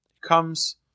Comes